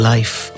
Life